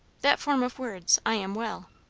that form of words i am well.